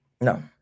No